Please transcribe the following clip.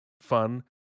fun